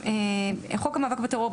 בחוק המאבק בטרור,